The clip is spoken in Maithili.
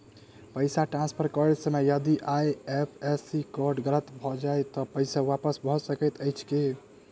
पैसा ट्रान्सफर करैत समय यदि आई.एफ.एस.सी कोड गलत भऽ जाय तऽ पैसा वापस भऽ सकैत अछि की?